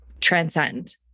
transcend